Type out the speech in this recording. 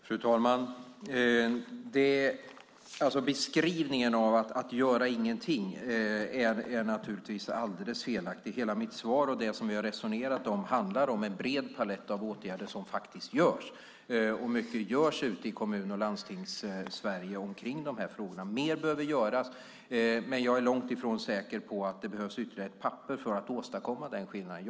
Fru talman! Beskrivningen, att göra ingenting, är naturligtvis alldeles felaktig. Hela mitt svar och det som vi har resonerat om handlar om en bred palett av åtgärder som faktiskt görs, och mycket görs ute i Kommun och landstingssverige omkring de här frågorna. Mer behöver göras, men jag är långt ifrån säker på att det behövs ytterligare ett papper för att åstadkomma den skillnaden.